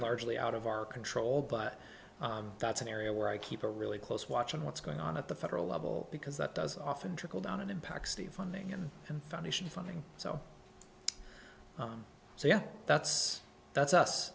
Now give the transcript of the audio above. largely out of our control but that's an area where i keep a really close watch on what's going on at the federal level because that doesn't often trickle down it impacts the funding and foundation funding so so yeah that's that's us